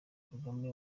kagame